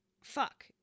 fuck